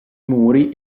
muri